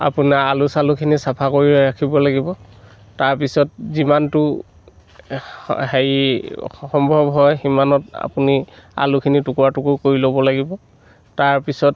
আপোনাৰ আলু চালুখিনি চাফা কৰি ৰাখিব লাগিব তাৰপিছত যিমানটো হেৰি সম্ভৱ হয় সিমানত আপুনি আলুখিনি টুকুৰা টুকুৰ কৰি ল'ব লাগিব তাৰপিছত